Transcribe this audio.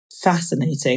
fascinating